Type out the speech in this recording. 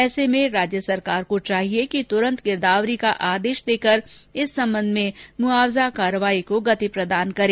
ऐसे में राज्य सरकार को चाहिए कि तुरंत गिरदावरी का आदेश देकर इस सम्बन्ध में मुआवजा कार्रवाई को गति प्रदान करे